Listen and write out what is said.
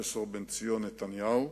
פרופסור בנציון נתניהו.